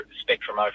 Spectrum